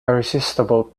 irresistible